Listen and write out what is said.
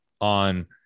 on